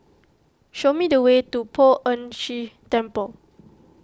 show me the way to Poh Ern Shih Temple